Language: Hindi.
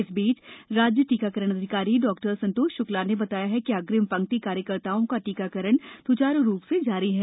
इस बीच राज्य टीकाकरण अधिकारी डॉ संतोष श्क्ला ने बताया की अग्रिम पंक्ति कार्यकर्ताओं का टीकाकरण स्चारू रूप से जारी है